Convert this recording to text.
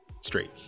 straight